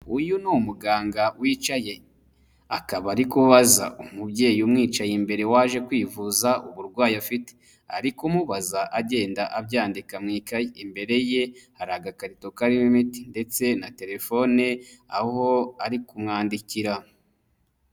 Uyu ni umuganga wicaye akaba ari ko umubyeyi umwicaye imbere waje kwivuza, uburwayi afite arimubaza agenda abyandika mu ikayi, imbere ye hari agakarito karimo imiti ndetse na telefone aho ari kumwandikira.